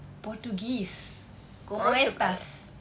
portugese como es tas